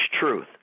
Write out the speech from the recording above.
truth